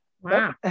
Wow